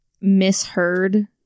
misheard